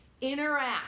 interact